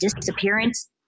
disappearance